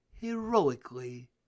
heroically